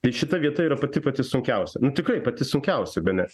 ir šita vieta yra pati pati sunkiausia nu tikrai pati sunkiausia bene